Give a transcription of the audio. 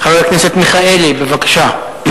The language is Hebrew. חבר הכנסת אברהם מיכאלי, בבקשה.